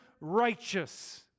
righteous